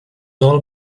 all